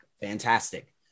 fantastic